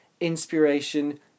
inspiration